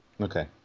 Okay